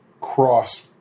cross